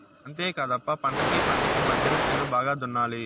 అంతేకాదప్ప పంటకీ పంటకీ మద్దెన చేను బాగా దున్నాలి